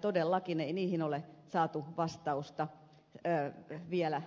todellakaan niihin ei ole saatu vastausta vielä